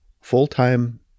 full-time